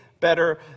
better